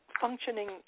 functioning